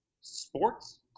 sports